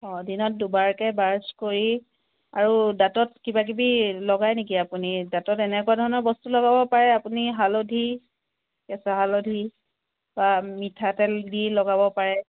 অ দিনত দুবাৰকৈ ব্ৰাছ কৰি আৰু দাঁতত কিবা কিবি লগাই নেকি আপুনি দাঁতত এনেকুৱা ধৰণৰ বস্তু লগাব পাৰে আপুনি হালধি কেঁচা হালধি বা মিঠাতেল দি লগাব পাৰে